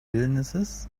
illnesses